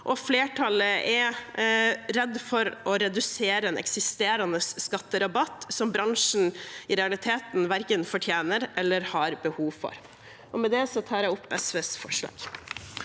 flertallet er redd for å redusere en eksisterende skatterabatt som bransjen i realiteten verken fortjener eller har behov for. Med det tar jeg opp SVs forslag.